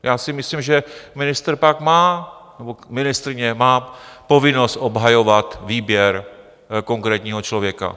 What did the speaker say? Já si myslím, že ministr pak má, nebo ministryně má povinnost obhajovat výběr konkrétního člověka.